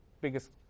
biggest